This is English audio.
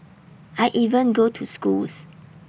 I even go to schools